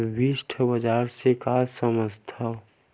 विशिष्ट बजार से का समझथव?